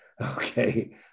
Okay